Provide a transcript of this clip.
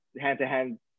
hand-to-hand